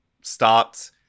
stopped